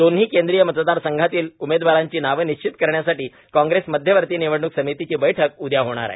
दोन्ही केंद्रीय मतदारसंघांतील उमेदवारांची नावे निश्चित करण्यासाठी कॉग्रेस मध्यवर्ती निवडणूक समितीची बैठक उदया होणार आहे